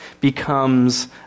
becomes